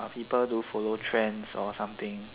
people don't follow trends or something